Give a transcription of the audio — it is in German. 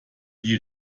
die